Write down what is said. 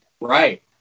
Right